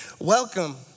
Welcome